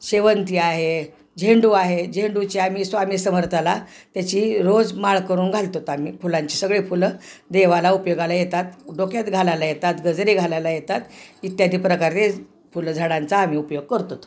शेवंती आहे झेंडू आहे झेंडूची आम्ही स्वामी समर्थाना त्याची रोज माळ करून घालतो आम्ही फुलांची सगळी फुलं देवाला उपयोगाला येतात डोक्यात घालायला येतात गजरे घालायला येतात इत्यादी प्रकारे फुलं झाडांचा आम्ही उपयोग करतो